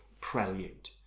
prelude